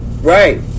Right